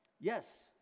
Yes